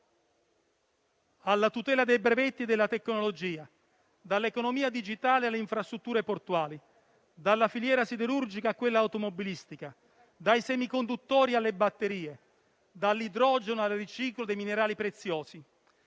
alla tutela dei brevetti della tecnologia, dall'economia digitale alle infrastrutture portuali, dalla filiera siderurgica a quella automobilistica, dai semiconduttori alle batterie, dall'idrogeno al riciclo dei minerali preziosi,